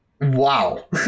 wow